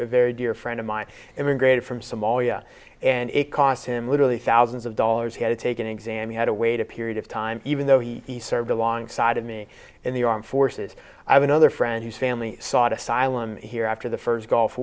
very dear friend of mine emigrated from somalia and it cost him literally thousands of dollars he had to take an exam he had to wait a period of time even though he served alongside of me in the armed forces i have another friend whose family sought asylum here after the first gulf